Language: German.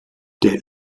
der